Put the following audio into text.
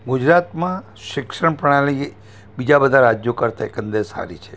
ગુજરાતમાં શિક્ષણ પ્રણાલી બીજા બધાં રાજ્યો કરતાં એકંદરે સારી છે